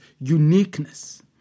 uniqueness